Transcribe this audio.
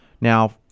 now